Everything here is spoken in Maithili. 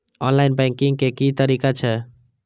ऑनलाईन बैंकिंग के की तरीका छै?